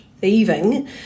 thieving